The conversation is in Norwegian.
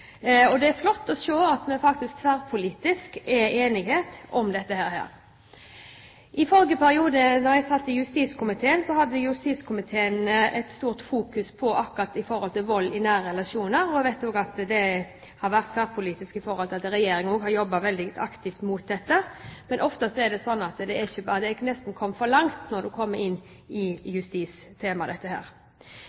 dag. Det er flott å se at det faktisk er tverrpolitisk enighet om dette. I forrige periode da jeg satt i justiskomiteen, hadde justiskomiteen et stort fokus på akkurat vold i nære relasjoner. Jeg vet også at dette har vært tverrpolitisk og at Regjeringen har jobbet veldig aktivt mot dette. Men ofte er det slik at det nesten er gått for langt når det kommer opp som justistema. Det er et kjempeviktig tema. Når barna våre blir sviktet, er de så svake. Når barn blir sviktet av sine nærmeste, og i